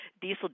diesel